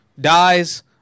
dies